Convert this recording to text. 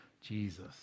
Jesus